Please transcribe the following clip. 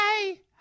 hey